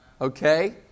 Okay